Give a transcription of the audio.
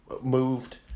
moved